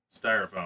styrofoam